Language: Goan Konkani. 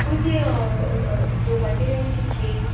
तुमची अ घेवपाची रेंज कितली